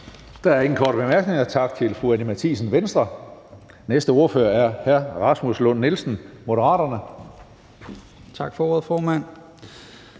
Der er ingen korte bemærkninger. Tak til fru Anni Matthiesen, Venstre. Næste ordfører er hr. Rasmus Lund-Nielsen, Moderaterne. Kl. 14:58 (Ordfører)